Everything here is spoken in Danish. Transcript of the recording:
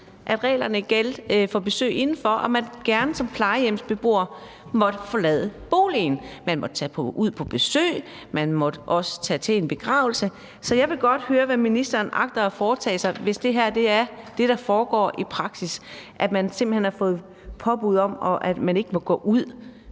at reglerne gjaldt for besøg indenfor, og at man som plejehjemsbeboer gerne måtte forlade boligen. Man måtte tage ud på besøg, man måtte også tage til en begravelse. Så jeg vil godt høre, hvad ministeren agter at foretage sig, hvis det, der foregår i praksis, er, at man simpelt hen har fået påbud om, at man ikke må gå ud